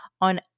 on